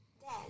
Dad